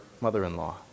mother-in-law